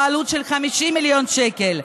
בעלות של 50 מיליון שקל,